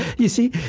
you see?